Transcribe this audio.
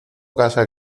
casa